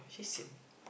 so sian